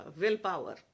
willpower